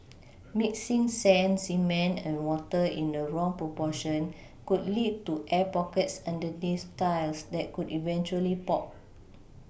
mixing sand cement and water in the wrong proportion could lead to air pockets underneath tiles that could eventually pop